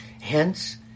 Hence